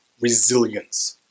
resilience